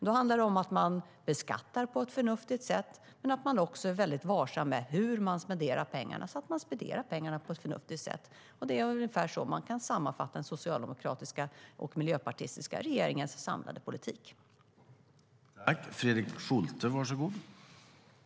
Det handlar om att beskatta på ett förnuftigt sätt och att vara varsam med hur pengarna spenderas. Det är så man kan sammanfatta den socialdemokratiska och miljöpartistiska regeringens samlade politik.